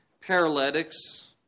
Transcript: Paralytics